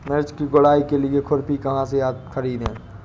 मिर्च की गुड़ाई के लिए खुरपी कहाँ से ख़रीदे?